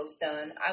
done